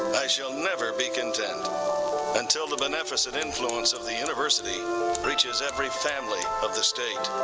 i shall never be content until the beneficent influence of the university reaches every family of the state.